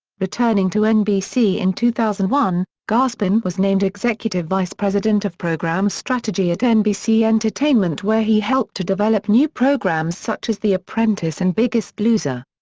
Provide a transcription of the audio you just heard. returning to nbc in two thousand and one, gaspin was named executive vice president of program strategy at nbc entertainment where he helped to develop new programs such as the apprentice and biggest loser.